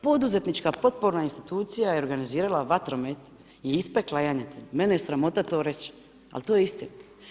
Poduzetnička potporna institucija je organizirala vatromet i ispekla janjetinu, mene je sramota to reć, ali to je istina.